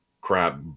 crap